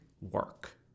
work